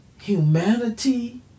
humanity